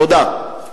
תודה.